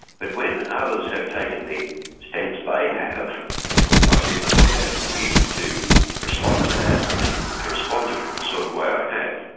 but when others have taken the stance they have, and i see myself bound in duty to respond to that, and to respond to it in the sort of way i have.